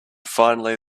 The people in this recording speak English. finally